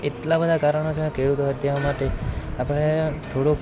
એટલાં બધાં કારણો છે ખેડૂતો હત્યાઓ માટે આપણે થોડું